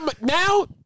now